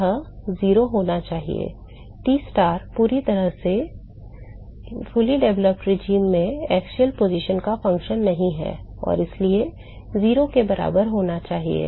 यह 0 होना चाहिए Tstar पूरी तरह से विकसित शासन में अक्षीय स्थिति का एक फ़ंक्शन नहीं है और इसलिए यह 0 के बराबर होना चाहिए